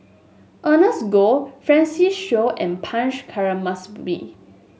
Ernest Goh Francis Seow and Punch